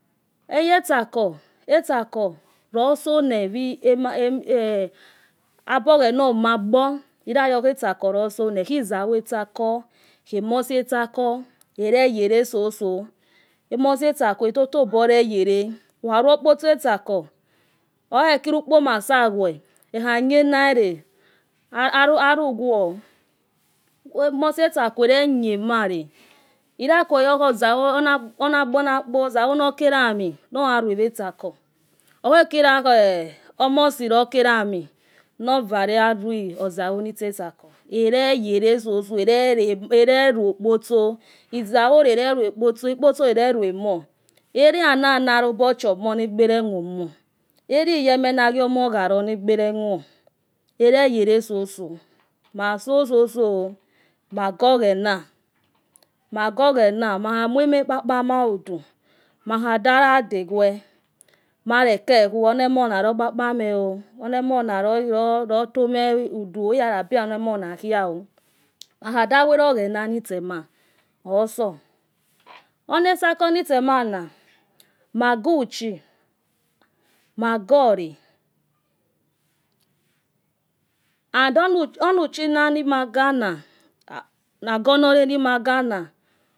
Oya etsako. etsako. losona, obo oguena ma agbor iyayo aja etsako losono. hoizaauo asatsekhe omosi etsako. eleyola sose omosi etsako etotobola wale, ukhe ruo opotso etsaleo okhararakilo ukpo omo asaghue okha knkew nalo alakho, emes etsaleo da knhew male. iyakwoyo azafue ona agbenakpo nojaeelo ami nayarue wa otsako. ukhelale omosi ukela amo novaro garuo azaruo nitso etsako. llayele soso lleluo. opotso izaivola elevi opotso. ipotse la elewi ozaive auanana robochomo na ogbe remuomo. euyemonagwo omo khalo na egbe remao. mage. oghena. mago oghene mahamuama uhauha ma udu makhaja dedwe marekeku one emona, lo uhavhamo o. onomo na lo toma udu o. bwabiraliromonakha o. makuada. uarrgwrro. oghona. nitsama. oso ona etsako nitsamana magu. uchi, magu. oloenu. uchi lago ulo nemagana.